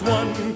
one